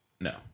No